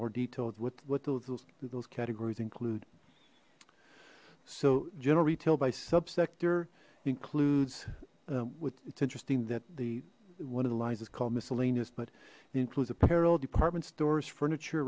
more details what those those categories include so general retail by sub sector includes with it's interesting that the one of the lines is called miscellaneous but includes apparel department stores furniture